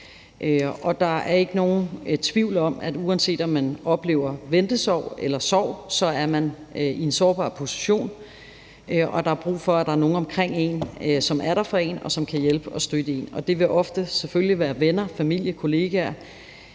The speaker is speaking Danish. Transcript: Der er ikke nogen tvivl om, at uanset om man oplever ventesorg eller sorg, er man i en sårbar position, og der er brug for, at der er nogen omkring en, som er der for en, og som kan hjælpe og støtte en. Det vil selvfølgelig ofte være venner, familie og kollegaer,